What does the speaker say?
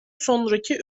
sonraki